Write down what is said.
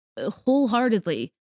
wholeheartedly